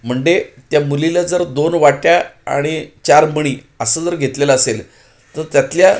म्हंडे त्या मुलीला जर दोन वाट्या आणि चार मणी असं जर घेतलेलं असेल तर त्यातल्या